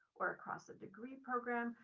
or across a degree program,